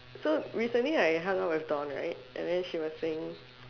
so recently I hung out with dawn right and then she was saying